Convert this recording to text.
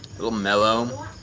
little mellow i'm